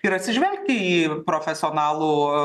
ir atsižvelgti į profesionalų